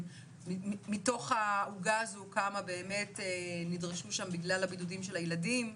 כמה מתוך העוגה הזו נדרשו בגלל הבידודים של הילדים,